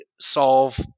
solve